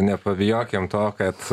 nepabijokim to kad